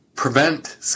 Prevent